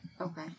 Okay